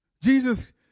Jesus